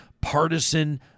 partisan